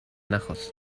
نخواست